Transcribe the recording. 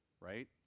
right